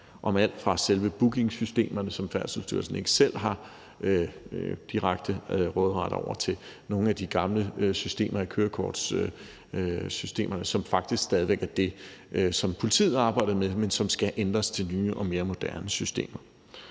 om alt fra selve bookingsystemerne, som Færdselsstyrelsen ikke selv har direkte råderet over, til nogle af de gamle systemer, kørekortssystemerne, som faktisk stadig væk er det, som politiet arbejder med, men som skal ændres til nye og mere moderne systemer.